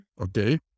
Okay